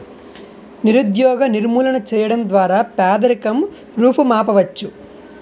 నిరుద్యోగ నిర్మూలన చేయడం ద్వారా పేదరికం రూపుమాపవచ్చు